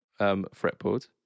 fretboard